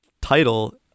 title